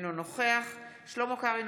אינו נוכח שלמה קרעי,